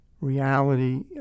reality